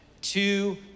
two